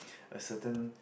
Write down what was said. a certain